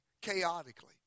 chaotically